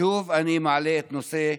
שוב אני מעלה את נושא הסטודנטים.